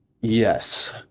Yes